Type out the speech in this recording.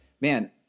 man